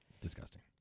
disgusting